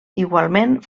igualment